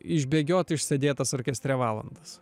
išbėgiot išsėdėtas orkestre valandas